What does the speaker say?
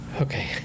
Okay